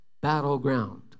battleground